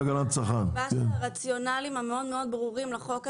יש רציונל מאוד מאוד ברור לחוק הזה,